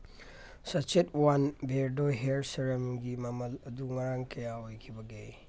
sachet ꯋꯥꯟ ꯕꯤꯌꯔꯗꯣ ꯍꯦꯌꯔ ꯁꯤꯔꯝꯒꯤ ꯃꯃꯜ ꯑꯗꯨ ꯉꯔꯥꯡ ꯀꯌꯥ ꯑꯣꯏꯈꯤꯕꯒꯦ